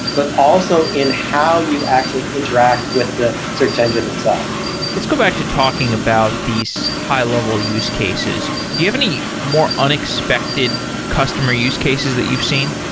but also in how you actually interact with the search engine itself let's go back to talking about these high-level use cases. do you have any more unexpected customer use cases that you've seen?